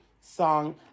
song